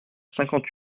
cinquante